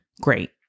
Great